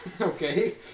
Okay